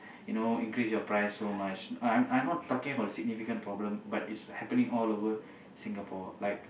you know increase your price so much I I I'm not talking about a significant problem but it's happening all over Singapore like